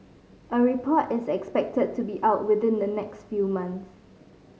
a report is expected to be out within the next few months